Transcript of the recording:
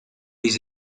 his